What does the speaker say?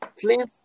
please